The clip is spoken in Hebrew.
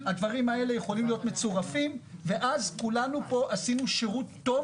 הדברים האלה יכולים להיות מצורפים ואז כולנו פה עשינו שירות טוב